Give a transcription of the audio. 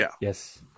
Yes